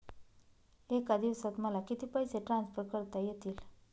एका दिवसात मला किती पैसे ट्रान्सफर करता येतील?